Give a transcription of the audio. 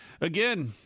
again